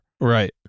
right